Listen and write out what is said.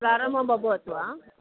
प्रारम्भम् अभवत् वा